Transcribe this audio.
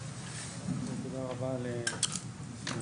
ראשית תודה רבה על הדיון וההזדמנות.